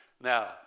Now